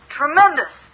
tremendous